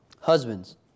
Husbands